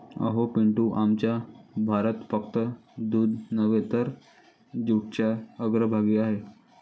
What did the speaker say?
अहो पिंटू, आमचा भारत फक्त दूध नव्हे तर जूटच्या अग्रभागी आहे